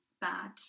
bad